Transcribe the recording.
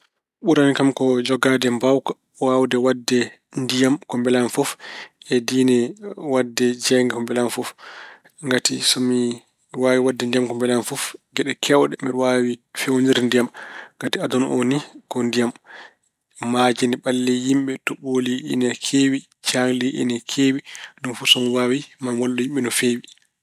Ɓurani kam ko jogaade mbaawka waawde waɗde ndiyam ko mbelaami fof e diine waɗde jeeynge ko mbelaami fof. Ngati so mi waawi waɗde ndiyam ko mbelaami fof geɗe keewɗe mbeɗa waawi feewnirde ndiyam. Ngati aduna oo ni ko ndiyam. Maaje ina ɓallii yimɓe, toɓooli ina keewi, caangli ina keewi. Ɗum fof so mi waawi, maa mi wallu yimɓe no feewi.